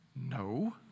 No